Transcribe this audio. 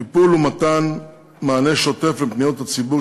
טיפול ומתן מענה שוטף לפניות הציבור